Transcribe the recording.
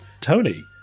Tony